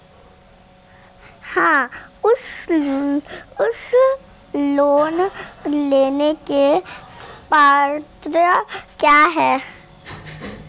House loan लेने की पात्रता क्या है?